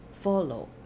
follow